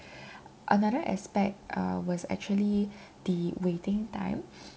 another aspect uh was actually the waiting time